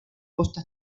costa